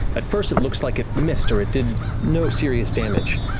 at first it looks like it missed, or it did no serious damage.